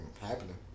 happening